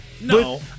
No